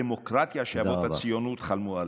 הדמוקרטיה שאבות הציונות חלמו עליה.